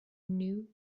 knew